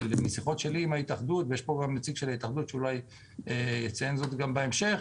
משיחות שלי עם ההתאחדות ויש פה גם נציג שאולי יציין זאת גם בהמשך,